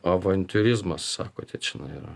avantiūrizmas sakote čia yra